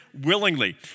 willingly